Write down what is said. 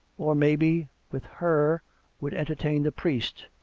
or, maybe, with her would entertain the priest,